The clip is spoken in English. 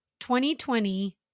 2020